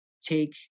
take